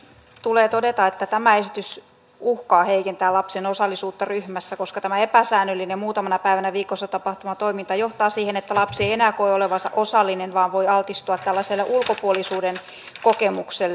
tulee todeta että tämä esitys uhkaa heikentää lapsen osallisuutta ryhmässä koska tämä epäsäännöllinen muutamana päivänä viikossa tapahtuva toiminta johtaa siihen että lapsi ei enää koe olevansa osallinen vaan voi altistua ulkopuolisuuden kokemukselle